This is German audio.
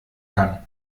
kann